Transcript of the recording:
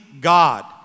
God